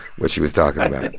what she was talking about it. yeah.